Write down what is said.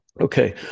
Okay